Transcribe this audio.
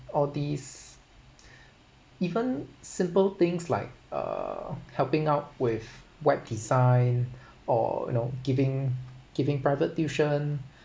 all these even simple things like err helping out with web design or you know giving giving private tuition